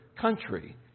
country